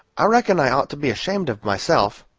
i reckon i ought to be ashamed of myself,